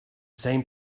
same